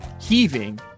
Heaving